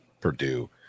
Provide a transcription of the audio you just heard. Purdue